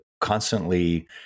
constantly